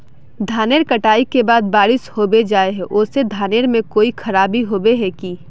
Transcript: धानेर कटाई के बाद बारिश होबे जाए है ओ से धानेर में कोई खराबी होबे है की?